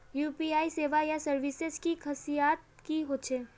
UPI सेवाएँ या services की खासियत की होचे?